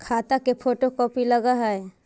खाता के photocopy लगहै?